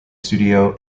studio